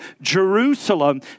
Jerusalem